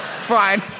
fine